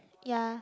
ya